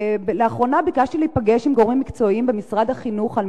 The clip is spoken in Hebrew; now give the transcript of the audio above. לאחרונה ביקשתי להיפגש עם גורמים מקצועיים במשרד החינוך על